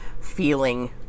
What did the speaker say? feeling